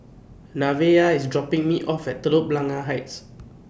Nevaeh IS dropping Me off At Telok Blangah Heights